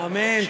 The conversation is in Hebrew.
אמן.